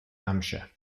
hampshire